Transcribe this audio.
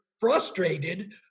frustrated